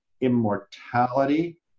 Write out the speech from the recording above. immortality